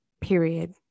Period